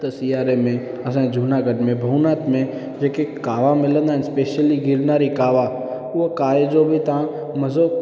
त सियारे में असांजे जूनागढ़ में भूवनाथ में जेके कावा मिलंदा आहिनि स्पेशली गिरनारी कावा उहो कावे जो बि तव्हां मज़ो